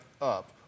up